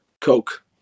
Coke